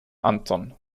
anton